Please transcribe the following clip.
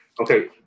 Okay